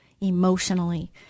emotionally